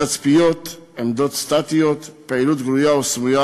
תצפיות, עמדות סטטיות, פעילות גלויה וסמויה